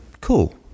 cool